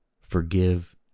Forgive